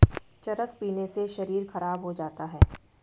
चरस पीने से शरीर खराब हो जाता है